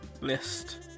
List